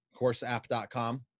Courseapp.com